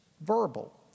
verbal